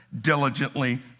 diligently